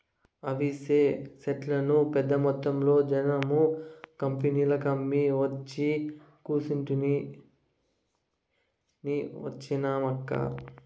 అవిసె సెట్లను పెద్దమొత్తంలో జనుము కంపెనీలకమ్మి ఒచ్చి కూసుంటిని నీ వచ్చినావక్కా